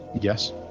Yes